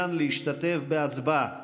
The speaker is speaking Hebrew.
שמעוניין להשתתף בהצבעה?